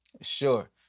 Sure